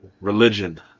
Religion